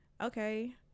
okay